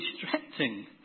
distracting